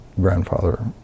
grandfather